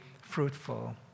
fruitful